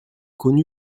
connu